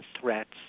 threats